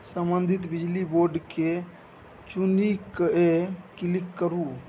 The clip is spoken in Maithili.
संबंधित बिजली बोर्ड केँ चुनि कए क्लिक करु